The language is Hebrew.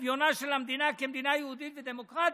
צביונה של המדינה כמדינה יהודית ודמוקרטית,